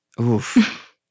oof